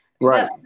Right